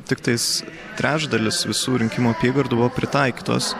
tiktais trečdalis visų rinkimų apygardų buvo pritaikytos